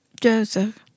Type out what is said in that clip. Joseph